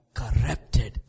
corrupted